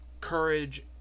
courage